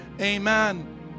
Amen